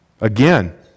Again